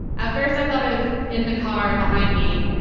at first i thought it was in the car behind me,